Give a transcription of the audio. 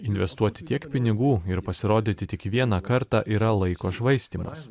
investuoti tiek pinigų ir pasirodyti tik vieną kartą yra laiko švaistymas